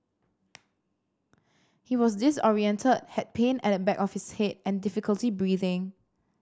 he was disorientated had pain at the back of his head and difficulty breathing